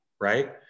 right